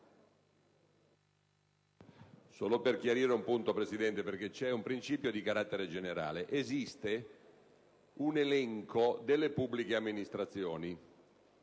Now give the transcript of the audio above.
solo per chiarire un punto, signor Presidente, per l'esistenza di un principio di carattere generale. Esiste un elenco delle pubbliche amministrazioni,